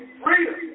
freedom